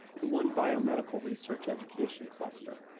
and one biomedical research education cluster.